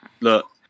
look